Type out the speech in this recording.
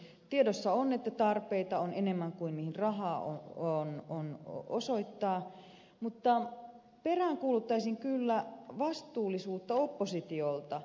tiedossa on että tarpeita on enemmän kuin on osoittaa rahaa mutta peräänkuuluttaisin kyllä vastuullisuutta oppositiolta